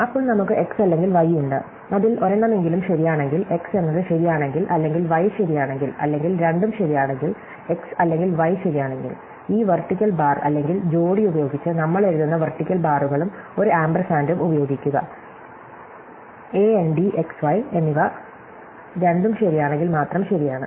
അപ്പോൾ നമുക്ക് x അല്ലെങ്കിൽ y ഉണ്ട് അതിൽ ഒരെണ്ണമെങ്കിലും ശരിയാണെങ്കിൽ x എന്നത് ശരിയാണെങ്കിൽ അല്ലെങ്കിൽ y ശരിയാണെങ്കിൽ അല്ലെങ്കിൽ രണ്ടും ശരിയാണെങ്കിൽ x അല്ലെങ്കിൽ y ശരിയാണെങ്കിൽ ഈ വെർടിക്കൽ ബാർ അല്ലെങ്കിൽ ജോഡി ഉപയോഗിച്ച് നമ്മൾ എഴുതുന്ന വെർടിക്കൽ ബാറുകളും ഒരു ആമ്പർസാൻഡും ഉപയോഗിക്കുക AND x y എന്നിവ രണ്ടും ശരിയാണെങ്കിൽ മാത്രം ശരിയാണ്